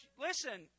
listen